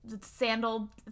sandal